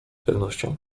pewnością